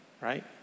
right